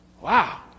Wow